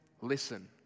listen